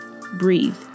Breathe